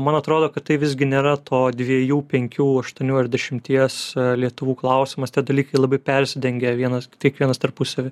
man atrodo kad tai visgi nėra to dviejų penkių aštuonių ar dešimties lietuvų klausimas tie dalykai labai persidengę vienas tik vienas tarpusavy